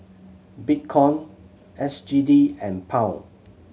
Bitcoin S G D and Pound